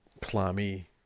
clammy